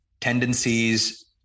tendencies